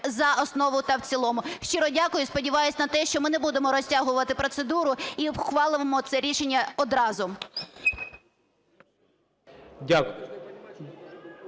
за основу та в цілому. Щиро дякую і сподіваюсь на те, що ми не будемо розтягувати процедуру і ухвалимо це рішення одразу.